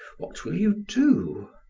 what will you do?